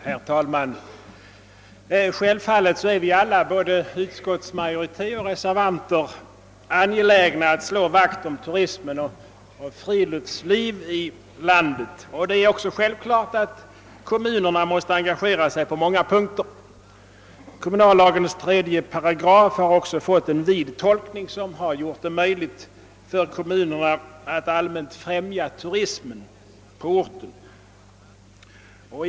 Herr talman! Självfallet är vi alla inom utskottet, både majoriteten och reservanterna, angelägna att slå vakt om turism och friluftsliv i landet, och det är också självklart att kommunerna därvid måste engagera sig på många punkter. Kommunallagens 3 § har också fått en vid tolkning, som gjort det möjligt för kommunerna att allmänt främja turismen inom sitt område.